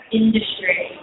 industry